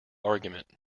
argument